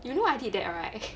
you know what I did that alright